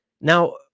Now